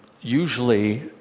usually